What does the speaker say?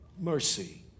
mercy